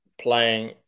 playing